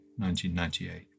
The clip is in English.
1998